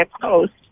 post